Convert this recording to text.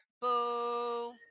Boo